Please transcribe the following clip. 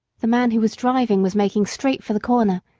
the man who was driving was making straight for the corner,